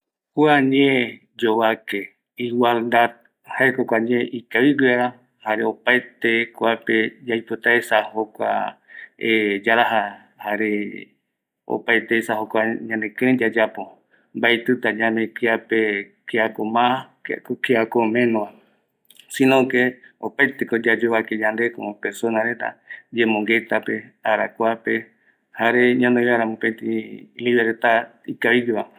Kua ñee yovake ani igualdad, jaeko kua ñee ikavigueva, jare opaete kuape yaipotaesda jpkua yaraja, jare opaeteesa jokua ñanekïrëï yayapo, mbaetïta ñame kiape, kiape kiako mas, kiako menova, si no que opaeteko yayovake yande como personareta, yembo nguetape, arakuape, jare ñanoi vaera mopëtï arakua jare ñanoivaera mopëtï arakua ikaigueva.